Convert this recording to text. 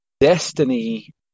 Destiny